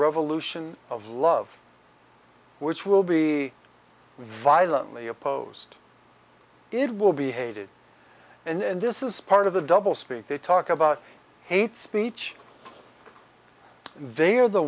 revolution of love which will be violently opposed it will be hated and this is part of the double speak they talk about hate speech they are the